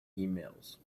emails